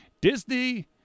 Disney